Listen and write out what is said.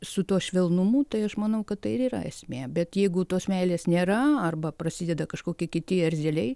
su tuo švelnumu tai aš manau kad tai ir yra esmė bet jeigu tos meilės nėra arba prasideda kažkokie kiti erzeliai